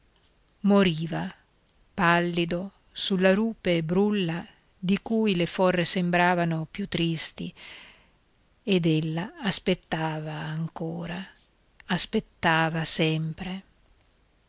moriva pallido sulla rupe brulla di cui le forre sembravano più tristi ed ella aspettava ancora aspettava sempre